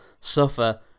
suffer